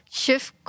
shift